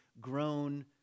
grown